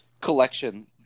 collection